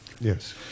Yes